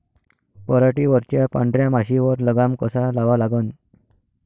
पराटीवरच्या पांढऱ्या माशीवर लगाम कसा लावा लागन?